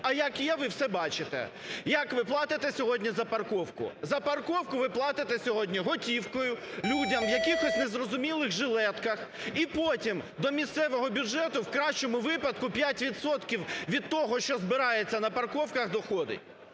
А як є, ви все бачите. Як ви платите сьогодні за парковку? За парковку ви платите сьогодні готівкою, людям в якихось незрозумілих жилетках, і потім до місцевого бюджету в кращому випадку 5 відсотків від того, що збирається на парковках, доходить.